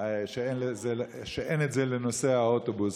שאין לנוסעי האוטובוס,